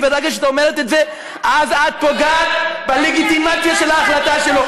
כי ברגע שאת אומרת את זה אז את פוגעת בלגיטימציה של ההחלטה שלו.